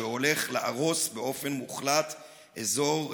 שהולך להרוס באופן מוחלט אזור,